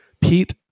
Pete